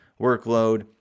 workload